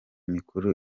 mikuru